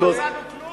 התאמצנו לא מצאנו כלום.